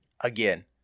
Again